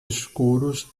escuros